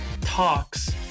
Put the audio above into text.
Talks